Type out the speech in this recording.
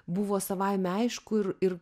buvo savaime aišku ir ir